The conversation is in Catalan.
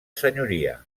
senyoria